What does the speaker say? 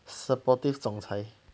supportive 总裁